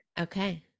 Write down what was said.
Okay